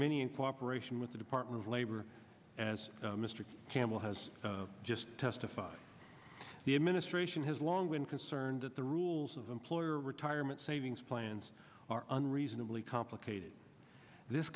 many in cooperation with the department of labor as mr campbell has just testified the administration has long been concerned that the rules of employer retirement savings plans are unreasonably complicated this